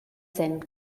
zen